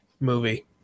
movie